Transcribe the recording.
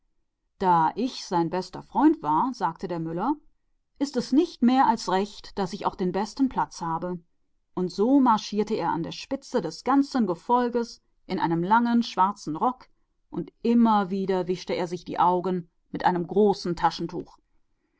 da ich sein bester freund war sagte der müller ist es nur in der ordnung daß ich den besten platz bekomme und so ging er in dem trauergefolge als erster in einem langen schwarzen rock und wischte sich immerfort die augen mit einem großen taschentuch